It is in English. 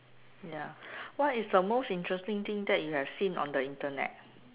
ya what is the most interesting thing that you have seen on the internet